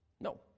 No